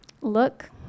look